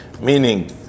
meaning